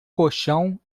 colchão